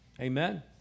Amen